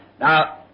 Now